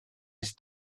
ist